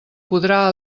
podrà